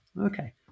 okay